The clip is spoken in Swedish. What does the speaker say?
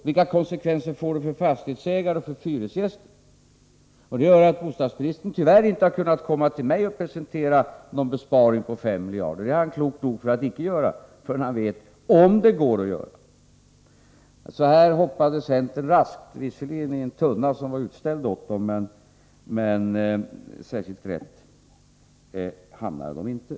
Vilka konsekvenser får detta för fastighetsägare och för hyresgäster? Det här problemet gör att bostadsministern tyvärr inte har kunnat komma till mig och presentera någon besparing på 5 miljarder — det är han klok nog att icke göra förrän han vet om det är genomförbart. Här hoppade alltså centern i galen tunna — visserligen var det en tunna som var utställd åt dem, men särskilt rätt hamnade de inte.